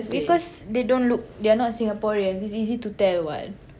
because they don't look they are not Singaporeans it's easy to tell [what]